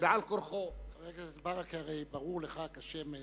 בעל כורחו, חבר הכנסת ברכה, הרי ברור לך כשמש: